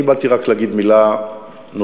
אני באתי רק להגיד מילה נוספת